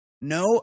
no